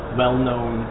well-known